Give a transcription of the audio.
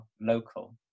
local